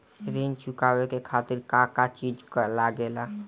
ऋण चुकावे के खातिर का का चिज लागेला?